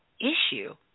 Issue